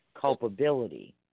culpability